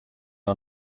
our